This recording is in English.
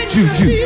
Juju